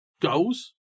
goals